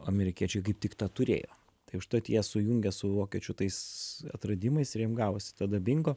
o amerikiečiai kaip tik tą turėjo tai užtat jie sujungė su vokiečių tais atradimais ir jiem gavosi tada bingo